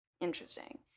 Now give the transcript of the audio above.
Interesting